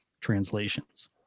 translations